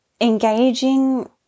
engaging